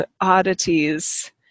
oddities